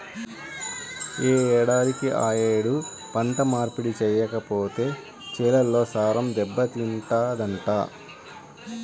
యే ఏడాదికి ఆ యేడు పంట మార్పిడి చెయ్యకపోతే చేలల్లో సారం దెబ్బతింటదంట